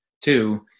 two